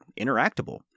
interactable